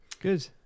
good